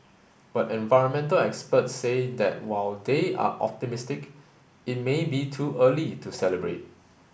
but environmental experts say that while they are optimistic it may be too early to celebrate